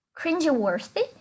cringeworthy